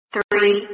Three